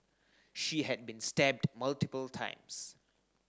she had been stabbed multiple times